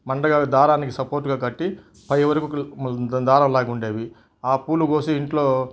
మండగా దారానికి సపోర్ట్గా కట్టి పై వరకు దారం లాగి ఉండేవి ఆ పూలు కోసి ఇంట్లో